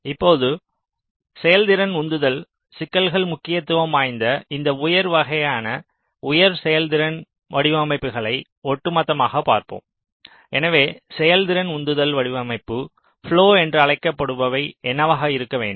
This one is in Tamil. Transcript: இப்போது செயல்திறன் உந்துதல் சிக்கல்கள் முக்கியத்துவம் வாய்ந்த இந்த வகையான உயர் செயல்திறன் வடிவமைப்புகளை ஒட்டுமொத்தமாக பார்ப்போம் எனவே செயல்திறன் உந்துதல் வடிவமைப்பு ப்லொ என்று அழைக்கப்படுபவை என்னவாக இருக்க வேண்டும்